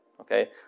Okay